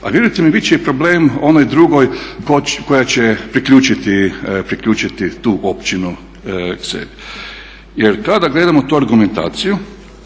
a vjerujte mi bit će i problem onoj drugoj koja će priključiti tu općinu sebi. Jer kada gledamo tu argumentaciju,